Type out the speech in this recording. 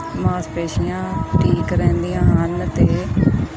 ਮਾਸਪੇਸ਼ੀਆਂ ਠੀਕ ਰਹਿੰਦੀਆਂ ਹਨ ਅਤੇ